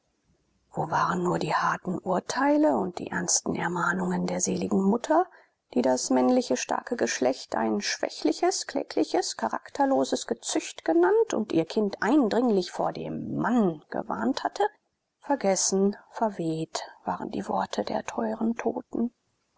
wo waren nun die harten urteile und die ernsten mahnungen der seligen mutter die das männliche starke geschlecht ein schwächliches klägliches charakterloses gezücht genannt und ihr kind eindringlich vor dem mann gewarnt hatte vergessen verweht waren die worte der teuren toten